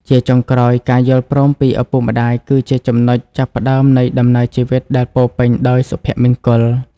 ជាចុងក្រោយ ការយល់ព្រមពីឪពុកម្ដាយគឺជាចំណុចចាប់ផ្តើមនៃដំណើរជីវិតដែលពោរពេញដោយសុភមង្គល។